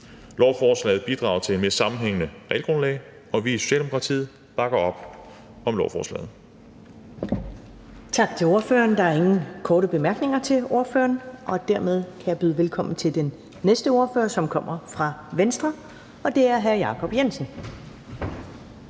Lovforslaget bidrager til et mere sammenhængende regelgrundlag, og vi i Socialdemokratiet bakker op om lovforslaget.